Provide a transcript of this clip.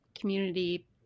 community